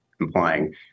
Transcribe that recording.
implying